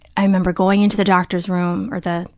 i remember going into the doctor's room or the,